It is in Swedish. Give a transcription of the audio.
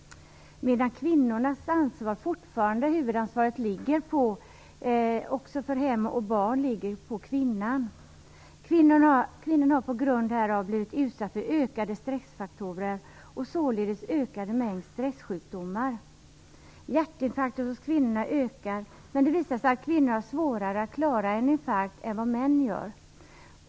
Men huvudansvaret för hem och barn ligger fortfarande på kvinnan. Kvinnor har på grund härav blivit utsatta för ökade stressfaktorer och således en ökande mängd stressjukdomar. Hjärtinfarkter hos kvinnor ökar, men det visar sig att kvinnor har svårare att klara infarkter än vad män har.